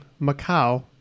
Macau